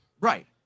Right